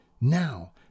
Now